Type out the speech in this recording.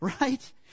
Right